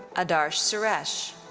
adarsh suresh.